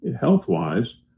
health-wise